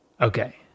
Okay